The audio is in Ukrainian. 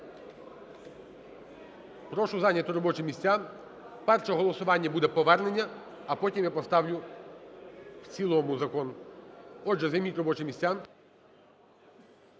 Прошу зайняти робочі місця. Перше голосування буде повернення, а потім я поставлю в цілому закон. Отже, займіть робочі місця.